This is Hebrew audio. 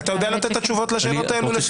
אתה יודע לתת את התשובות לשאלות האלה?